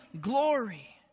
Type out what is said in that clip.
glory